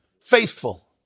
faithful